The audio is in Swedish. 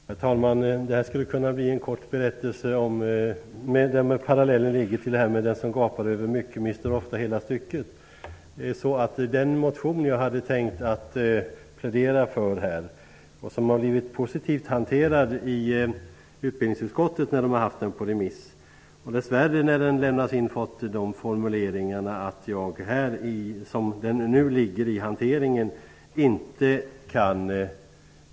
Herr talman! Det här skulle kunna bli en kort berättelse med paralleller till uttrycket ''den som gapar över mycket mister ofta hela stycket''. Den motion jag hade tänkt plädera för har fått ett positivt utlåtande av utbildningsutskottet, men finansutskottet har dess värre konstaterat att jag inte kan yrka bifall till den i dess nuvarande utformning.